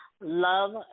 love